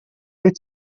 wyt